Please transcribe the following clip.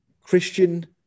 Christian